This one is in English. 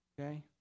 Okay